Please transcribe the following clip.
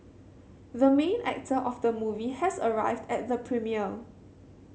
the main actor of the movie has arrived at the premiere